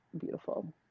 beautiful